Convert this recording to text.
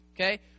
Okay